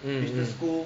mm mm